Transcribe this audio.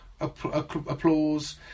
applause